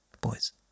Boys